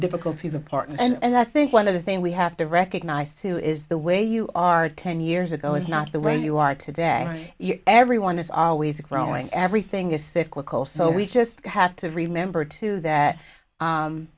difficulties of part and i think one of the thing we have to recognize too is the way you are ten years ago is not the way you are today everyone is always growing everything is cyclical so we just have to remember too that